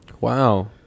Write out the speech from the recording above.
Wow